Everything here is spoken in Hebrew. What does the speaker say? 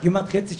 כמעט חצי שנה.